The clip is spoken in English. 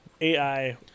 AI